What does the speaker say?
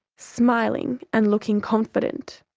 smiling and looking confident.